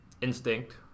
instinct